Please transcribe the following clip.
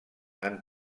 han